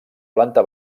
planta